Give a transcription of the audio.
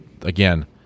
again